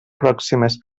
pròximes